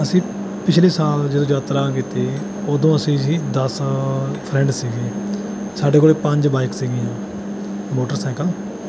ਅਸੀਂ ਪਿਛਲੇ ਸਾਲ ਜਦੋਂ ਯਾਤਰਾ ਕੀਤੀ ਉਦੋਂ ਅਸੀਂ ਜੀ ਦਸ ਫਰੈਂਡ ਸੀਗੇ ਸਾਡੇ ਕੋਲ ਪੰਜ ਬਾਈਕ ਸੀਗੀਆਂ ਮੋਟਰ ਸਾਈਕਲ